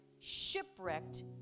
shipwrecked